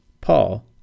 Paul